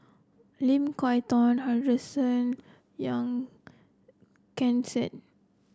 Lim Kay Tong Henderson Young Ken Seet